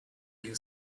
you